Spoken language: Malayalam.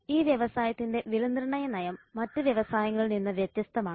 ഈ വ്യവസായത്തിന്റെ വിലനിർണ്ണയ നയം മറ്റ് വ്യവസായങ്ങളിൽ നിന്ന് വ്യത്യസ്തമാണ്